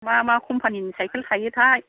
मा मा कम्पानि नि साइखेल थायोथाय